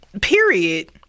period